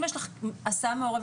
אם יש לך הסעה מעורבת,